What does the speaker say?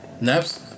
naps